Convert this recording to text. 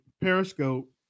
Periscope